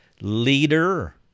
leader